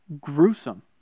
gruesome